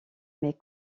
mais